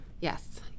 Yes